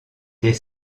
des